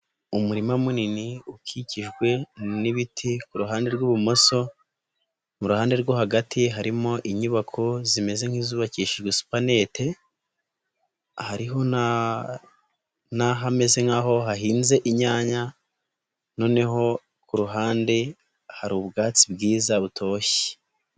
Umurima munini ukikijwe n'ibiti ku ruhande rw ribumoso, mu ruhande rwo hagati harimo inyubako zimeze nk'izubakishijwe supanete, hariho n'ahameze nk'aho hahinze inyanya, none ku ruhande hari ubwatsi bwiza butoshye.